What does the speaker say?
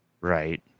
Right